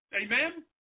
Amen